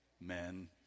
men